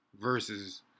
versus